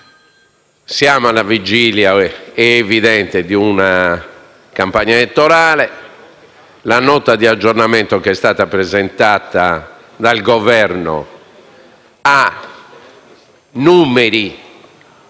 Siamo alla vigilia - è evidente - di una campagna elettorale e la Nota di aggiornamento che è stata presentata dal Governo ha numeri